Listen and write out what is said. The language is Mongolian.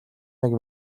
нэг